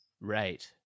right